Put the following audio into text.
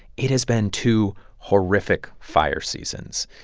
it has been two horrific fire seasons.